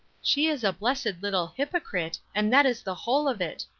she is a blessed little hypocrite, and that is the whole of it,